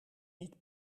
niet